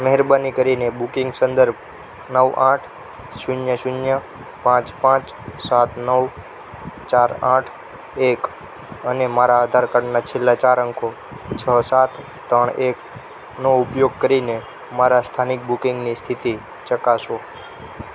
મહેરબાની કરીને બુકિંગ સંદર્ભ નવ આઠ શૂન્ય શૂન્ય પાંચ પાંચ સાત નવ ચાર આઠ એક અને મારા આધાર કાર્ડના છેલ્લા ચાર અંકો છ સાત ત્રણ એકનો ઉપયોગ કરીને મારા સ્થાનિક બુકિંગની સ્થિતિ ચકાસો